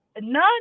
None